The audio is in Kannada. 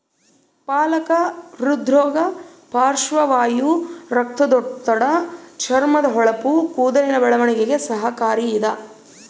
ಪಾಲಕ ಹೃದ್ರೋಗ ಪಾರ್ಶ್ವವಾಯು ರಕ್ತದೊತ್ತಡ ಚರ್ಮದ ಹೊಳಪು ಕೂದಲಿನ ಬೆಳವಣಿಗೆಗೆ ಸಹಕಾರಿ ಇದ